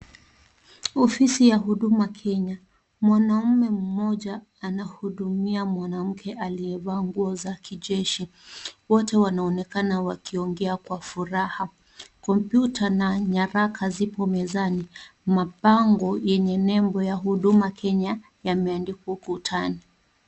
Ofisi ya Huduma Kenya, mwanaume mmoja anahudumia mwanamke aliyevaa nguo za kijeshi. Wote wanaonekana wakiongea kwa furaha. Kompyuta na nyaraka ziko mezani. Mabango yenye nembo ya Huduma Kenya yameandikwa ukutani.